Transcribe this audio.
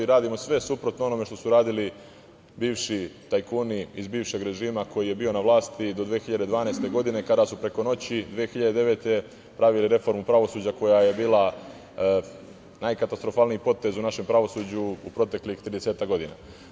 Radimo sve suprotno onome što su radili bivši tajkuni iz bivšeg režima koji je bio na vlasti do 2012. godine, kada su preko noći 2009. godine pravili reformu pravosuđa koja je bila najkatastrofalniji potez u našem pravosuđu u proteklih 30 godina.